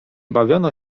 bawiono